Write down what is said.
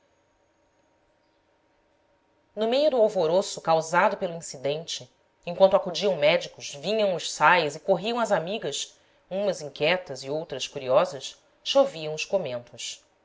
no meio do alvoroço causado pelo incidente enquanto acudiam médicos vinham os sais e corriam as amigas umas inquie tas e outras curiosas choviam os comentos